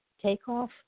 takeoff